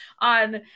on